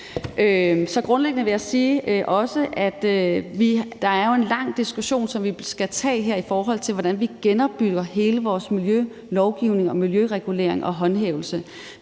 jo er en lang diskussion, som vi skal tage her, i forhold til hvordan vi genopbygger hele vores miljølovgivning og miljøregulering og håndhævelse.